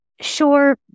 sure